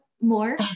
more